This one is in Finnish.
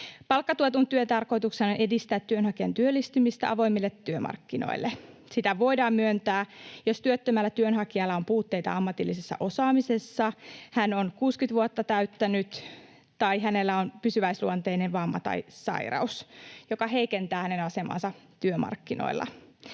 Palkkatuetun työn tarkoituksena on edistää työnhakijan työllistymistä avoimille työmarkkinoille. Sitä voidaan myöntää, jos työttömällä työnhakijalla on puutteita ammatillisessa osaamisessa, hän on 60 vuotta täyttänyt tai hänellä on pysyväisluonteinen vamma tai sairaus, joka heikentää hänen asemaansa työmarkkinoilla.